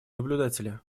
наблюдатели